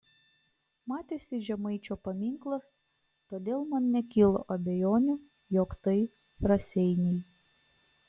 matėsi žemaičio paminklas todėl man nekilo abejonių jog tai raseiniai